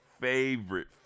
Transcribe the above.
favorite